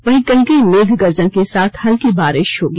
वहीं कहीं कहीं मेघ गर्जन के साथ हल्की बारिश होगी